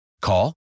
Call